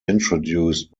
introduced